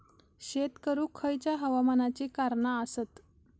शेत करुक खयच्या हवामानाची कारणा आसत?